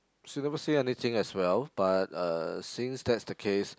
she never say anything as well but uh since that's the case